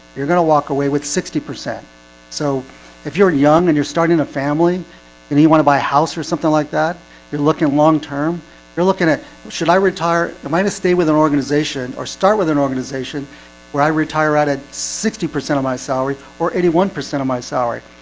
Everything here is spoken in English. you're gonna walk away with sixty percent so if you're young and you're starting a family and you want to buy a house or something like that you're looking long-term you're looking at should i retire the and stay with an organization or start with an organization where i retire out at? sixty percent of my salary or eighty one percent of my salary,